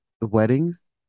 weddings